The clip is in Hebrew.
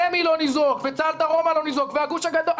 רמ"י לא ניזוקה, צה"ל דרומה לא ניזוק והגוש הגדול.